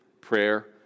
Prayer